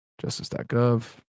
Justice.gov